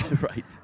Right